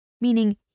meaning